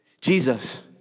Jesus